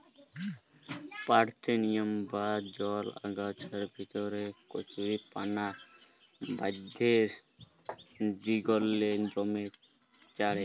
parthenium বা জলা আগাছার ভিতরে কচুরিপানা বাঢ়্যের দিগেল্লে দমে চাঁড়ের